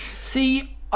See